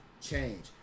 change